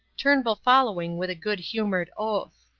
turnbull following with a good-humoured oath.